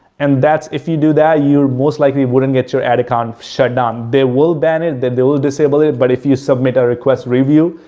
and that's, if you do that, you most likely wouldn't get your ad account shut down. they will ban it that, they will disable it, but if you submit a request review,